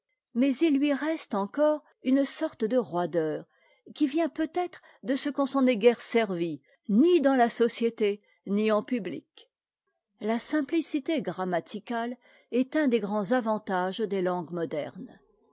mais il lui reste encore une sorte de roideur qui vient peut-être de ce qu'on ne s'en est guère servi ni dans la société ni en public la simplicité grammaticale est un des grands avantages des langues modernes